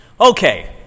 Okay